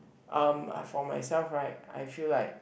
um I for myself right I feel like